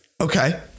Okay